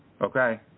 Okay